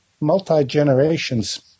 multi-generations